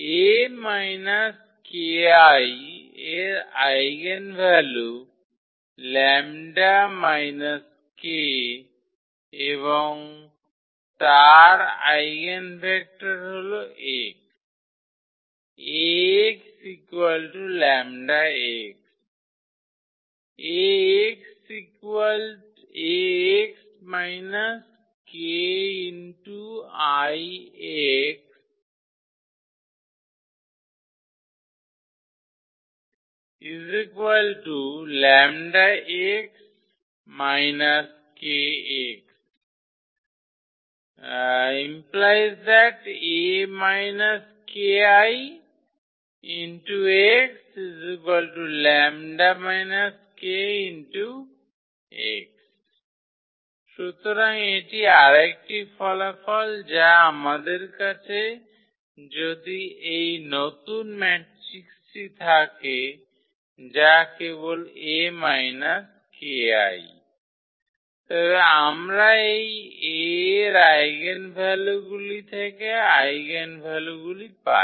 𝐴 − 𝑘𝐼 এর আইগেনভ্যালু 𝜆 − 𝑘 এবং তার আইগেনভেক্টর হল 𝑥 𝐴𝑥 𝜆𝑥 ⇒ 𝐴𝑥 − 𝑘𝐼𝑥 𝜆𝑥 − 𝑘𝑥 ⇒ 𝐴 − 𝑘𝐼𝑥 𝜆 − 𝑘𝑥 সুতরাং এটি আরেকটি ফলাফল যা আমাদের কাছে যদি এই নতুন ম্যাট্রিক্সটি থাকে যা কেবল 𝐴 𝑘𝐼 তবে আমরা এই A এর আইগেনভ্যালুগুলি থেকে আইগেনভ্যালুগুলি পাই